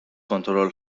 کنترل